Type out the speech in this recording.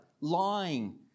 lying